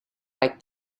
like